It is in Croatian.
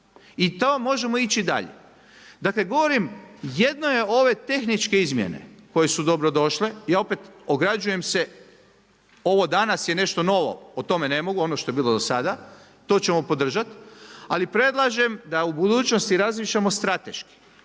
I to možemo ići dalje. Dakle, govorim jedno je ove tehničke izmjene koje su dobro došle, ja opet, ograđujem se, ovo danas je nešto novo, o tome ne mogu, ono što je bilo do sada, to ćemo podržati, ali predlažem da u budućnosti razmišljamo strateški.